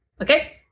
okay